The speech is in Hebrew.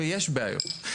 ויש בעיות.